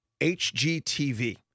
hgtv